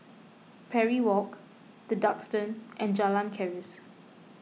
Parry Walk the Duxton and Jalan Keris